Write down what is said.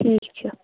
ٹھیٖک چھُو